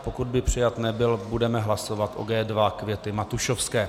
Pokud by přijat nebyl, budeme hlasovat o G2 Květy Matušovské.